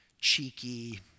cheeky